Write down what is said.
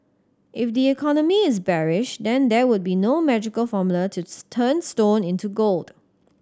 if the economy is bearish then there would be no magical formula to turn stone into gold